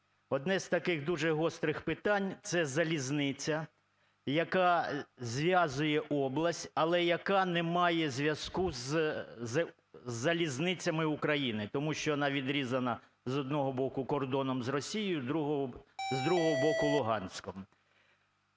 Одне з таких дуже гострих питань – це залізниця, яка зв'язує область, але яка не має зв'язку з залізницями України, тому що вона відрізана з одного боку кордоном з Росією, а з другого боку Луганськом.